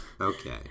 Okay